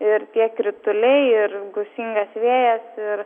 ir tie krituliai ir gūsingas vėjas ir